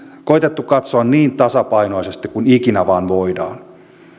koetettu katsoa niin tasapainoisesti kuin ikinä vain voidaan